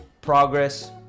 progress